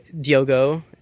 Diogo